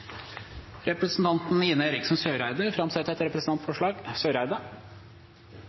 Representanten Ine Eriksen Søreide vil framsette et representantforslag.